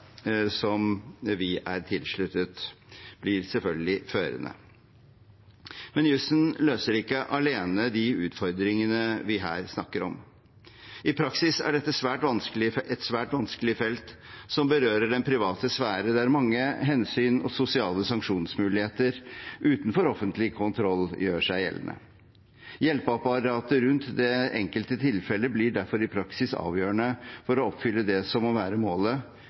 vi er tilsluttet, blir selvfølgelig førende. Men jussen løser ikke alene de utfordringene vi her snakker om. I praksis er dette et svært vanskelig felt som berører den private sfære, der mange hensyn og sosiale sanksjonsmuligheter utenfor offentlig kontroll gjør seg gjeldende. Hjelpeapparatet rundt det enkelte tilfellet blir derfor i praksis avgjørende for å oppfylle det som må være målet,